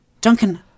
Duncan